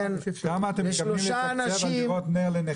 כמה אתם מתכוונים לתקצב דירות נ"ר לנכים.